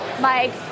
Mike